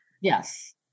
Yes